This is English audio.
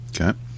Okay